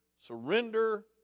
surrender